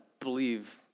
believe